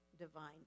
divine